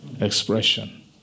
expression